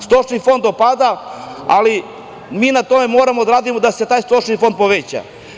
Stočni fond opada, ali mi na tome moramo da radimo da se taj stočni fond poveća.